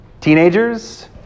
teenagers